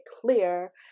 clear